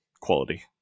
quality